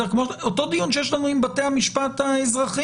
אותו דיון שיש לנו עם בתי המשפט האזרחיים.